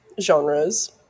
genres